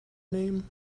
name